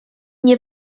nie